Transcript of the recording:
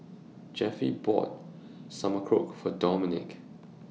Jeffie bought Sauerkraut For Dominique